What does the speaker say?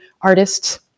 artists